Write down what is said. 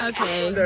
Okay